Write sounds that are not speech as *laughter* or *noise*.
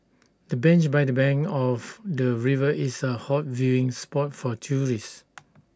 the bench by the bank of the river is A hot viewing spot for tourists *noise*